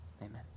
amen